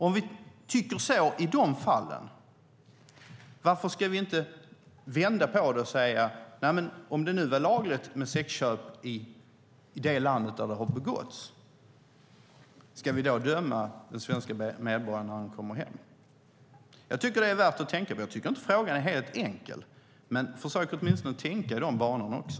Om vi tycker så i de fallen, varför ska vi inte vända på det och säga: Om det nu är lagligt med sexköp i det land där det har skett, ska vi då döma den svenska medborgaren när han kommer hem? Jag tycker att det är värt att tänka på. Jag tycker inte att frågan är helt enkel. Men försök åtminstone tänka i de banorna också!